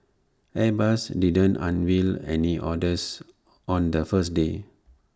airbus didn't unveil any orders on the first day